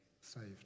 saved